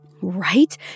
Right